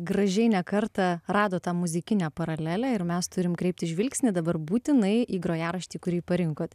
gražiai ne kartą radot tą muzikinę paralelę ir mes turim kreipti žvilgsnį dabar būtinai į grojaraštį kurį parinkot